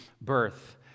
birth